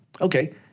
Okay